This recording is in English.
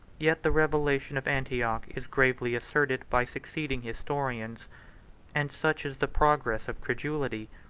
yet the revelation of antioch is gravely asserted by succeeding historians and such is the progress of credulity,